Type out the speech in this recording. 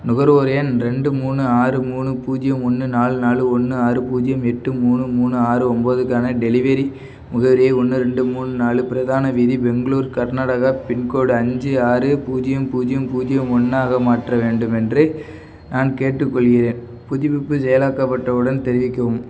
நுகர்வோர் எண் ரெண்டு மூணு ஆறு மூணு பூஜ்யம் ஒன்று நாலு நாலு ஒன்று ஆறு பூஜ்யம் எட்டு மூணு மூணு ஆறு ஒன்போதுக்கான டெலிவரி முகவரியை ஒன்று ரெண்டு மூணு நாலு பிரதான வீதி பெங்களூர் கர்நாடகா பின்கோடு அஞ்சு ஆறு பூஜ்யம் பூஜ்யம் பூஜ்யம் ஒன்றாக மாற்ற வேண்டும் என்று நான் கேட்டுக்கொள்கிறேன் புதுப்பிப்பு செயலாக்கப்பட்டவுடன் தெரிவிக்கவும்